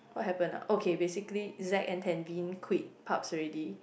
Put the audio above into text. what happen ah okay basically Zack and quit Pubs already